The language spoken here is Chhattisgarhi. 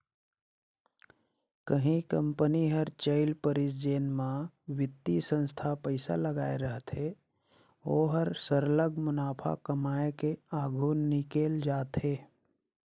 कहीं कंपनी हर चइल परिस जेन म बित्तीय संस्था पइसा लगाए रहथे ओहर सरलग मुनाफा कमाए के आघु निकेल जाथे